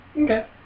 Okay